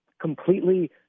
completely